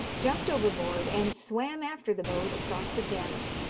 jumped overboard, and swam after the boat across the thames,